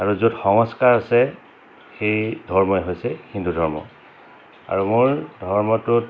আৰু য'ত সংস্কাৰ আছে সেই ধৰ্মই হৈছে হিন্দু ধৰ্ম আৰু মোৰ ধৰ্মটোত